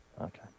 okay